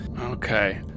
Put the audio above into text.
Okay